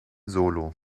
solo